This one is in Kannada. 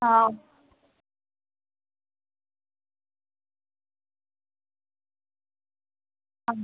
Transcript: ಹಾಂ ಹಾಂ